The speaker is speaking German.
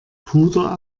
puder